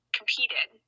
competed